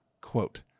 Quote